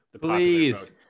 please